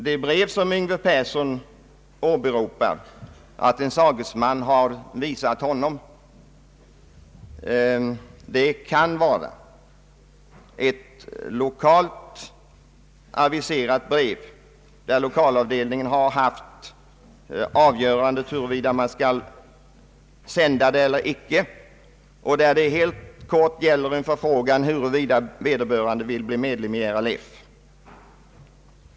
Det brev som herr Yngve Persson åberopar och som en sagesman har visat honom kan vara ett brev som en lokalavdelning beslutat sända och som helt enkelt är en förfrågan huruvida vederbörande vill bli medlem av RLF.